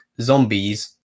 zombies